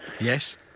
Yes